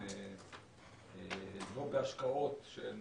לא בהשקעות שהן